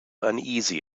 uneasy